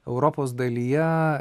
europos dalyje